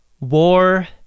war